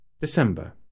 December